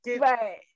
Right